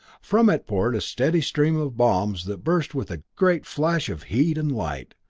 from it poured a steady stream of bombs that burst with a great flash of heat and light,